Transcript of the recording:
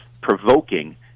provoking